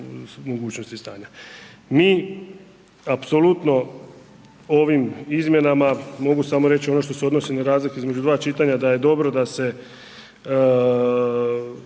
mogućnosti i stanja. Mi apsolutno ovim izmjenama, mogu samo reći na ono što se odnosi na razliku između dva čitanja, da je dobro da se